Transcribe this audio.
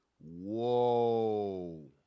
Whoa